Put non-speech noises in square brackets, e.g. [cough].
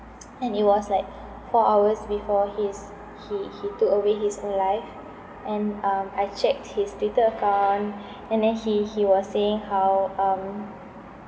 [noise] and it was like four hours before his he he took away his own life and um I checked his twitter account and then he he was saying how um